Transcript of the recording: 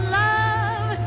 love